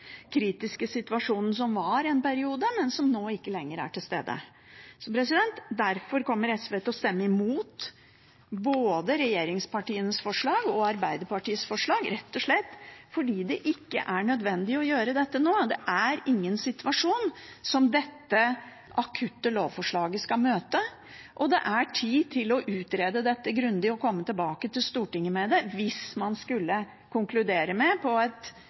kritiske situasjonen som var en periode, men som nå ikke lenger er til stede. Derfor kommer SV til å stemme imot både regjeringspartienes forslag og Arbeiderpartiets forslag – rett og slett fordi det ikke er nødvendig å gjøre dette nå. Det er ingen situasjon som dette akutte lovforslaget skal møte. Det er tid til å utrede dette grundig og komme tilbake til Stortinget med det – hvis man